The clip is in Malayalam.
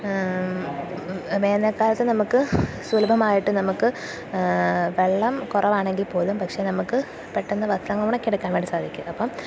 വേനല്ക്കാലത്തു നമുക്കു സുലഭമായിട്ട് നമുക്കു വെള്ളം കുറവാണെങ്കില്പ്പോലും പക്ഷെ നമുക്കു പെട്ടെന്നു വസ്ത്രങ്ങളുണക്കിയൊക്കെ എടുക്കാൻ വേണ്ടി സാധിക്കും അപ്പോള്